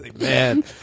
Man